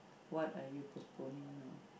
what are you postponing now